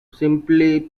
simply